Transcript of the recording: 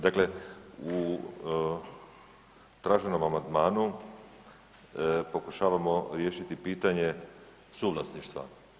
Dakle, u traženom amandmanu pokušavamo riješiti pitanje suvlasništva.